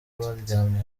baryamye